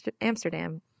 Amsterdam